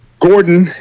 Gordon